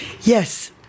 yes